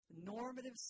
normative